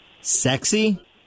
Sexy